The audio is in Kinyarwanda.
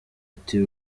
ati